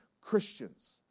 Christians